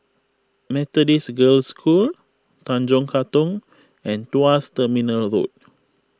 Methodist Girls' School Tanjong Katong and Tuas Terminal Road